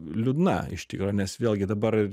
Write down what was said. liūdna iš tikro nes vėlgi dabar